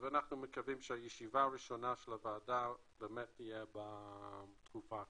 אז אנחנו מקווים שהישיבה הראשונה של הוועדה באמת תהיה בתקופה הקרובה.